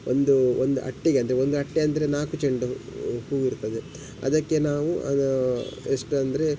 ಒಂದೂ ಒಂದು ಅಟ್ಟೆಗೆ ಅಂದರೆ ಒಂದು ಅಟ್ಟೆ ಅಂದರೆ ನಾಲ್ಕು ಚೆಂಡು ಹೂ ಇರ್ತದೆ ಅದಕ್ಕೆ ನಾವು ಅದು ಎಷ್ಟು ಅಂದರೆ